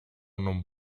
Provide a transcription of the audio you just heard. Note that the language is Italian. non